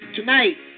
Tonight